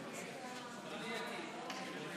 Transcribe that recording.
מצביע צבי האוזר, מצביע ניצן הורוביץ,